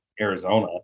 arizona